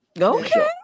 Okay